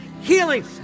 healing